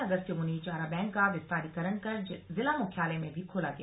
अगस्त्यमुनि चारा बैंक का विस्तारीकरण कर जिला मुख्यालय में भी खोला गया